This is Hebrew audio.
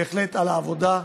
בהחלט, על העבודה,